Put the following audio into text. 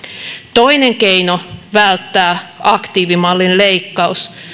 toinen keino välttää aktiivimallin leikkaus